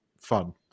fun